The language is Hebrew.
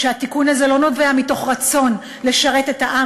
שהתיקון הזה לא נובע מרצון לשרת את העם